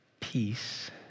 peace